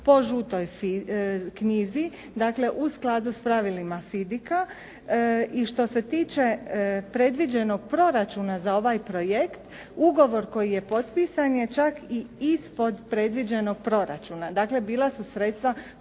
po žutoj knjizi, dakle u skladu s pravilima FIDIC-a i što se tiče predviđenog proračuna za ovaj projekt, ugovor koji je potpisan je čak i ispod predviđenog proračuna. Dakle, bila su sredstva